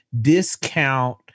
discount